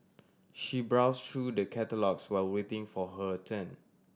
she browse through the catalogues while waiting for her turn